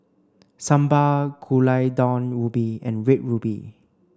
Sambal Gulai Daun Ubi and red ruby